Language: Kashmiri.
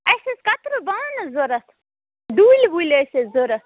اسہِ ٲسۍ کَترِو بانَہٕ حظ ضرورَت ڈُلۍ وُلۍ ٲسۍ اَسہِ ضرورَت